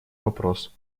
вопрос